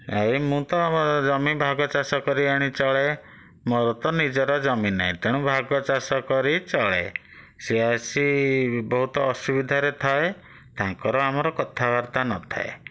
ଏଇ ମୁଁ ତ ଜମି ଭାଗଚାଷ କରିଆଣି ଚଳେ ମୋର ତ ନିଜର ଜମି ନାହିଁ ତେଣୁ ଭାଗଚାଷ କରି ଚଳେ ସେ ଆସି ବହୁତ ଅସୁବିଧାରେ ଥାଏ ତାଙ୍କର ଆମର କଥାବାର୍ତ୍ତା ନଥାଏ